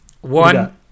One